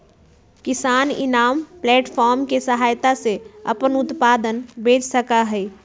किसान इनाम प्लेटफार्म के सहायता से अपन उत्पाद बेच सका हई